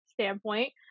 standpoint